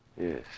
Yes